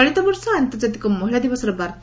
ଚଳିତ ବର୍ଷ ଆନ୍ତର୍ଜାତିକ ମହିଳା ଦିବସର ବାର୍ଉ